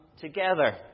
together